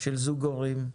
של זוג הורים,